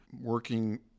working